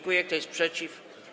Kto jest przeciw?